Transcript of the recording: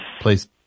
please